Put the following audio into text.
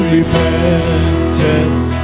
Repentance